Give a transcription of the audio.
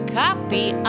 copy